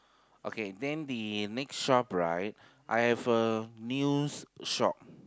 okay then the next shop right I have a news shop